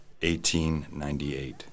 1898